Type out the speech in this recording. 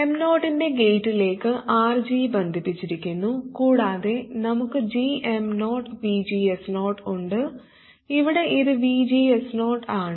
M0 ൻറെ ഗേറ്റിലേക്ക് RG ബന്ധിപ്പിച്ചിരിക്കുന്നു കൂടാതെ നമുക്ക് gm0VGS0 ഉണ്ട് ഇവിടെ ഇത് VGS0 ആണ്